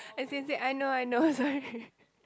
I see I see I know I know sorry